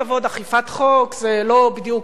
אכיפת חוק זה לא בדיוק ערך,